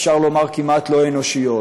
אפשר לומר כמעט לא אנושיות.